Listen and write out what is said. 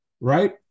Right